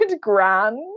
grand